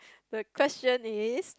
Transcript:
the question is